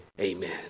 amen